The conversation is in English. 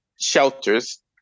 shelters